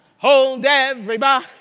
hold everybody,